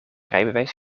rijbewijs